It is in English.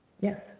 Yes